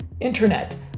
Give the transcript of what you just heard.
internet